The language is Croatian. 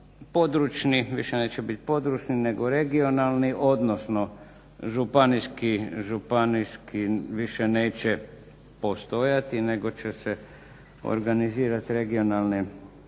područni, više neće biti područni nego regionalni, odnosno županijski, više neće postojati nego će se organizirati regionalne ispostave